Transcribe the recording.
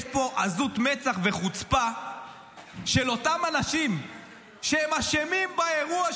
יש פה עזות מצח וחוצפה של אותם אנשים שהם אשמים באירוע,